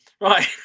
Right